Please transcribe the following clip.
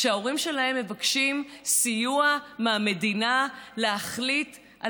שההורים שלהם מבקשים סיוע מהמדינה להחליט על